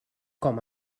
com